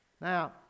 Now